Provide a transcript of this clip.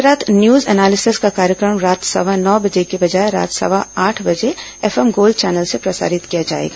आज रात news analysis का कार्यक्रम रात सवा नौ बजे की बजाय रात सवा आठ बजे एफएम गोल्ड चैनल से प्रसारित किया जाएगा